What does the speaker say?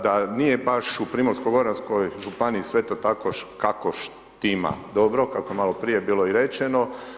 Da nije baš u Primorsko goranskoj županiji sve to tako kako štima dobro, kako je maloprije bilo i rečeno.